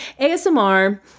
ASMR